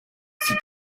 sit